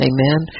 Amen